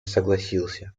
согласился